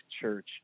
Church